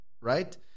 Right